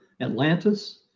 Atlantis